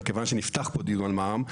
מכיוון שנפתח פה הדיון על מע"מ.